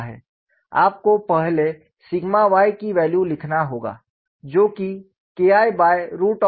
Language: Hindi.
आपको पहले सिग्मा y की वैल्यू लिखना होगा जो कि KI2s